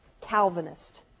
Calvinist